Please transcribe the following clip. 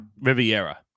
Riviera